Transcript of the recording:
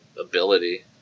ability